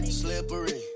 slippery